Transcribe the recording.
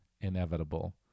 inevitable